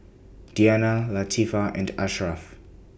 Diyana Latifa and Ashraf